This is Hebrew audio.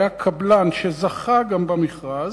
היה גם קבלן שזכה במכרז.